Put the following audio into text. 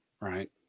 Right